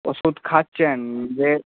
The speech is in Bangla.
ওষুধ খাচ্ছেন যে